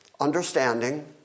understanding